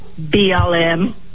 BLM